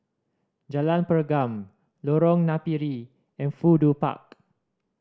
Jalan Pergam Lorong Napiri and Fudu Park